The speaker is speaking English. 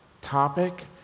topic